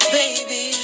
baby